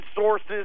sources